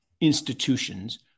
institutions